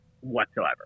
whatsoever